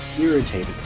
irritated